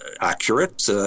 accurate